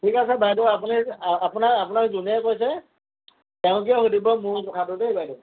ঠিক আছে বাইদেউ আপুনি আপোনাৰ আপোনাক যোনে কৈছে তেওঁকে সুধিব মোৰ কথাটো দেই বাইদেউ